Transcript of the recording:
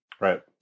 Right